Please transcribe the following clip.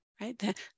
right